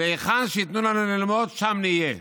והיכן שייתנו לנו ללמוד, שם נהיה.